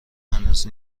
هنوز